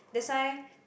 that's why